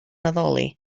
addoli